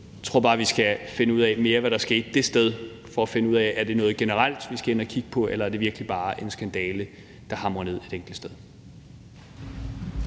Jeg tror bare, vi skal finde mere ud af, hvad der skete det sted, for at finde ud af, om det er noget generelt, vi skal ind og kigge på, eller om det virkelig bare er en skandale, der hamrer ned et enkelt sted.